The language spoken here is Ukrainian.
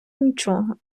нічого